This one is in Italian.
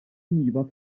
univa